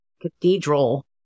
cathedral